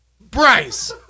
Bryce